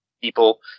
people